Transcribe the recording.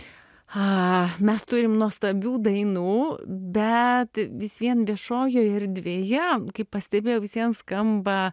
mes turim nuostabių dainų bet vis vien viešojoj erdvėje kaip pastebėjo visiems skamba